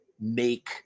make